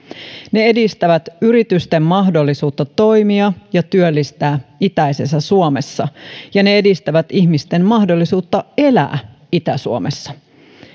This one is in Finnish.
ne edistävät yritysten mahdollisuutta toimia ja työllistää itäisessä suomessa ja ne edistävät ihmisten mahdollisuutta elää itä suomessa